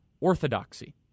Orthodoxy